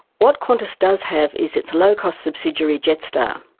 what qantas does have is its low cost subsidiary, jetstar.